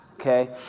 Okay